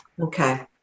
Okay